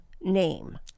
name